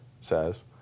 says